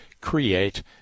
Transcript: create